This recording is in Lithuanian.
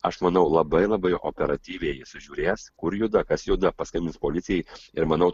aš manau labai labai operatyviai sužiūrės kur juda kas juda paskambins policijai ir manau